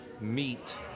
meet